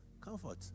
Comfort